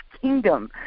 kingdom